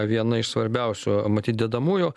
viena iš svarbiausių matyt dedamųjų